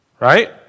Right